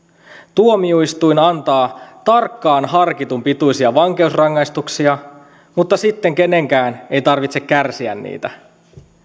tuomioistuin antaa tarkkaan harkitun pituisia vankeusrangaistuksia mutta sitten kenenkään ei tarvitse kärsiä niitä